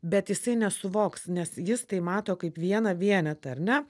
bet jisai nesuvoks nes jis tai mato kaip vieną vienetą ar ne